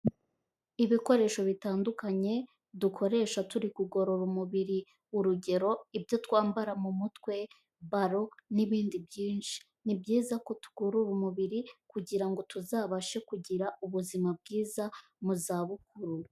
Ibikoresho bitandukanye, dukoresha turi kugorora umubiri. Urugero, ibyo twambara mu mutwe, ballon n'ibindi byinshi. Ni byiza ko tugorora umubiri, kugira ngo tuzabashe kugira ubuzima bwiza mu zabukuru.